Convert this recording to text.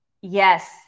Yes